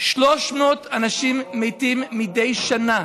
300 אנשים מתים מדי שנה,